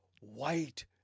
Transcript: white